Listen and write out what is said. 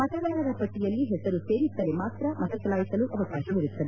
ಮತದಾರರ ಪಟ್ಟಯಲ್ಲಿ ಹೆಸರು ಸೇರಿದ್ದರೆ ಮಾತ್ರ ಮತಚಲಾಯಿಸಲು ಅವಕಾಶವಿರುತ್ತದೆ